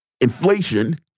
Inflation